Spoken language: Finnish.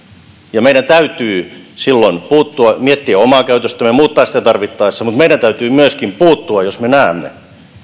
ja meidän täytyy silloin puuttua miettiä omaa käytöstämme muuttaa sitä tarvittaessa mutta meidän täytyy myöskin puuttua jos me näemme